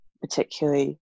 particularly